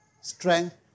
strength